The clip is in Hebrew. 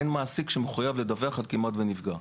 אין מעסיק שמחויב לדווח על "כמעט ונפגע".